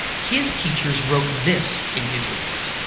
his teachers wrote this in his report,